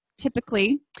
typically